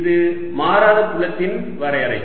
இது மாறாத புலத்தின் வரையறை